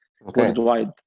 worldwide